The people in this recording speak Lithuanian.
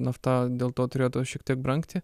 nafta dėl to turėtų šiek tiek brangti